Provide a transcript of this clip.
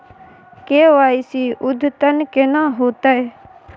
KYC अद्यतन केना होतै?